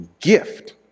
gift